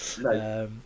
No